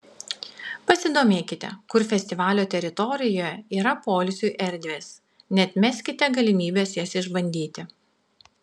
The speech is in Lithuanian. pasidomėkite kur festivalio teritorijoje yra poilsiui erdvės neatmeskite galimybės jas išbandyti